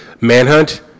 Manhunt